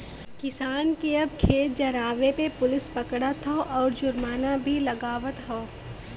किसान के अब खेत जरावे पे पुलिस पकड़त हौ आउर जुर्माना भी लागवत हौ